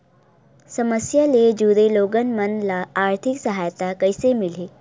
समस्या ले जुड़े लोगन मन ल आर्थिक सहायता कइसे मिलही?